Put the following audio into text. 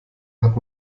hat